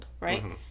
right